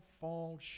fall